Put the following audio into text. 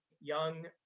young